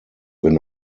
wenn